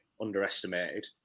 underestimated